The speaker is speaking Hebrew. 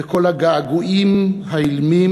וכל הגעגועים האילמים